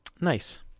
Nice